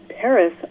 Paris